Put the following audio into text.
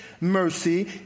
mercy